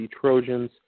Trojans